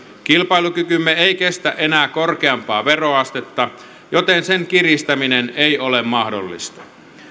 kilpailukykymme ei kestä enää korkeampaa veroastetta joten sen kiristäminen ei ole mahdollista